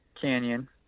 canyon